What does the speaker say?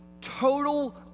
total